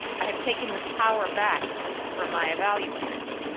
i have taken the power back from my evaluators.